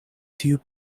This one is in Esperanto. tiu